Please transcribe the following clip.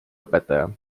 õpetaja